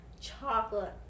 Chocolate